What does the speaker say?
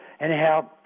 Anyhow